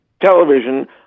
television